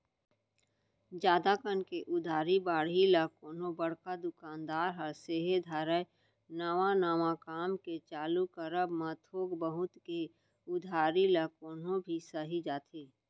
जादा कन के उधारी बाड़ही ल कोनो बड़का दुकानदार ह सेहे धरय नवा नवा काम के चालू करब म थोक बहुत के उधारी ल कोनो भी सहि जाथे